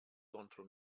contro